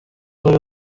wari